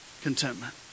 contentment